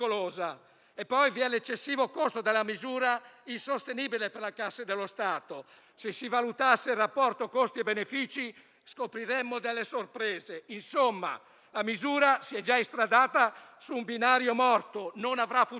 E poi vi è l'eccessivo costo della misura, insostenibile per le casse dello Stato; se si valutasse il rapporto costi-benefici, scopriremmo delle sorprese. Insomma, la misura si è già instradata su un binario morto e non avrà futuro.